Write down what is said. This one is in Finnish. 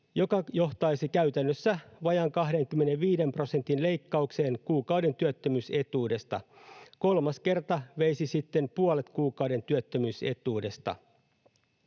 joka johtaisi käytännössä vajaan 25 prosentin leikkaukseen kuukauden työttömyysetuudesta. Kolmas kerta veisi sitten puolet kuukauden työttömyysetuudesta.